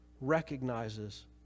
recognizes